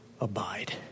abide